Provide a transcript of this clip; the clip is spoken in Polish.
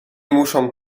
muszą